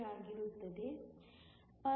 43 ಆಗಿರುತ್ತದೆ